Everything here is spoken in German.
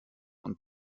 und